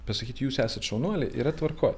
pasakyti jūs esat šaunuoliai yra tvarkoj